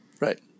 Right